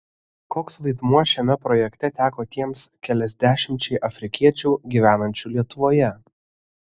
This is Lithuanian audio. koks vaidmuo šiame projekte teko tiems keliasdešimčiai afrikiečių gyvenančių lietuvoje